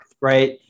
right